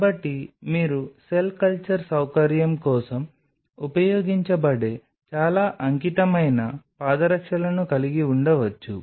కాబట్టి మీరు cell culture సౌకర్యం కోసం ఉపయోగించబడే చాలా అంకితమైన పాదరక్షలను కలిగి ఉండవచ్చు